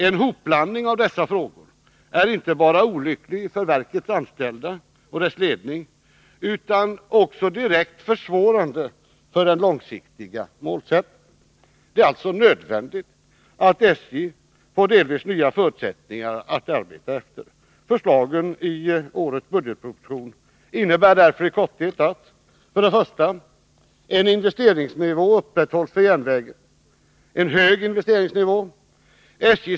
En hopblandning av dessa frågor är inte bara olycklig för verkets anställda och dess ledning utan också direkt försvårande för den långsiktiga målsättningen. Det är alltså nödvändigt att SJ får delvis nya förutsättningar att arbeta efter. Förslagen i årets budgetproposition innebär i korthet: För det första upprätthålls en hög investeringsnivå för järnvägen.